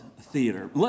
theater